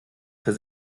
für